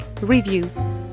review